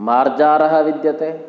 मार्जारः विद्यते